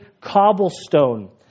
cobblestone